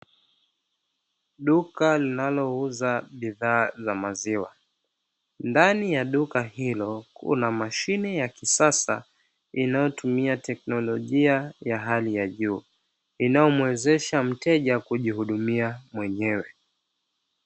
Duka linalouza bidhaa za maziwa, ndani ya duka hilo kuna mashine ya kisasa inayotumia teknolojia ya hali ya juu inayomwezesha mteja kujihudumia mwenyewe.